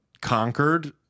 conquered